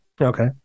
Okay